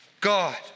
God